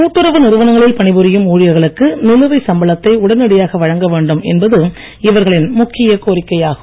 கூட்டுறவு நிறுவனங்களில் பணிபுரியும் ஊழியர்களுக்கு நிலுவை சம்பளத்தை உடனடியாக வழங்க வேண்டும் என்பது இவர்களின் முக்கிய கோரிக்கையாகும்